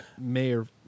Mayor